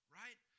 right